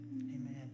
amen